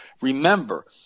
Remember